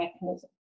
mechanism